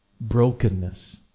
brokenness